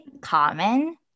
common